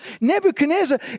Nebuchadnezzar